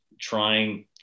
trying